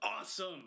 awesome